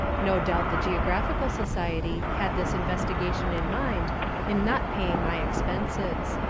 no doubt the geographical society had this investigation in mind in not paying my expenses.